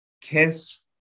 kiss